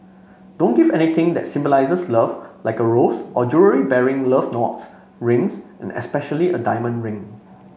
don't give anything that symbolises love like a rose or jewellery bearing love knots rings and especially a diamond ring